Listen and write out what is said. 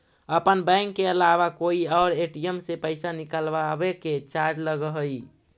अपन बैंक के अलावा कोई और ए.टी.एम से पइसा निकलवावे के चार्ज लगऽ हइ